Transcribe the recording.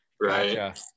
right